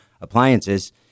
appliances